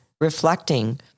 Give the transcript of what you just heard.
reflecting